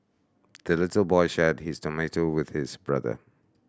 the little boy shared his tomato with his brother